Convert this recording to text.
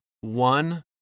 One